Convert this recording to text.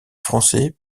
français